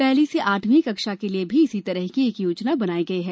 पहली से आठवीं कक्षा के लिये भी इसी तरह की एक योजना बनाई गई है